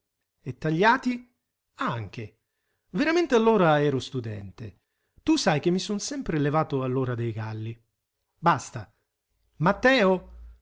e tagliati anche veramente allora ero studente tu sai che mi son sempre levato all'ora dei galli basta matteo